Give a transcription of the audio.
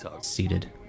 seated